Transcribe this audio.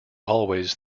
always